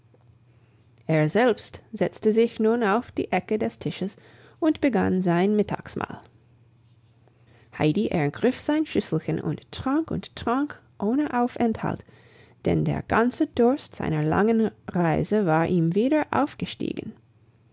er selbst setzte sich nun auf die ecke des tisches und begann sein mittagsmahl heidi ergriff sein schüsselchen und trank und trank ohne aufenthalt denn der ganze durst seiner langen reise war ihm wieder aufgestiegen